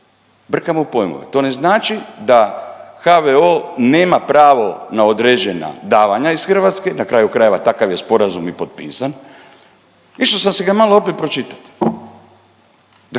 brkamo pojmove. To ne znači da HVO nema pravo na određena davanja iz Hrvatske. Na kraju krajeva takav je sporazum i potpisan. Išao sam si ga malo opet pročitati. Dakle,